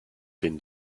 been